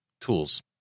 tools